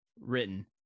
written